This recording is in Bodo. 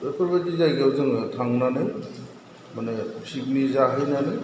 बेफोरबादि जायगायाव जोङो थांनानै माने फिकनिक जाहैनानै